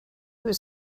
was